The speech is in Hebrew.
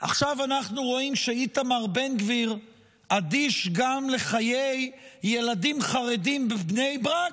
עכשיו אנחנו רואים שאיתמר בן גביר אדיש גם לחיי ילדים חרדים בבני ברק,